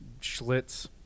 Schlitz